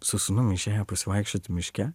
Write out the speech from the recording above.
su sūnum išėję pasivaikščioti miške